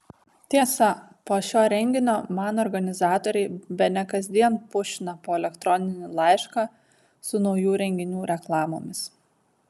tiesa po šio renginio man organizatoriai bene kasdien pušina po elektroninį laišką su naujų renginių reklamomis